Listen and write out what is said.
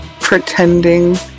pretending